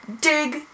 dig